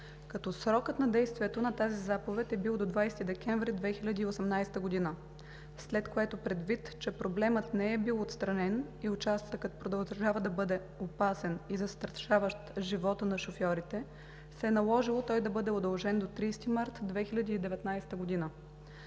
като срокът на действието на тази заповед е бил до 20 декември 2018 г., след което предвид, че проблемът не е бил отстранен и участъкът продължава да бъде опасен и застрашаващ живота на шофьорите, се е наложило той да бъде удължен до 30 март 2019 г.